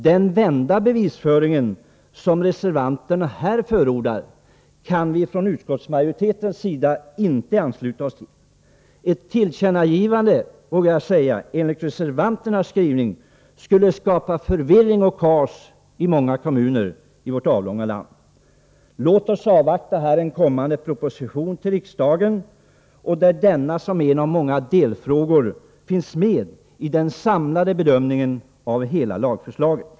Den omvända bevisföringen, som reservanterna här förordar, kan vi från utskottsmajoritetens sida inte ansluta oss till. Ett tillkännagivande enligt reservanternas skrivning skulle skapa förvirring och kaos i många kommuner i vårt avlånga land. Låt oss avvakta en kommande proposition till riksdagen där denna, som en av många delfrågor, finns med i den samlade bedömningen av hela lagförslaget.